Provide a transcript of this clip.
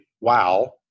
wow